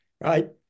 right